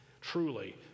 Truly